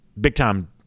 big-time